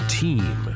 team